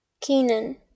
Kenan